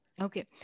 Okay